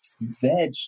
veg